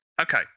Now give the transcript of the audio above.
Okay